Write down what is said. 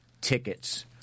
tickets